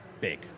big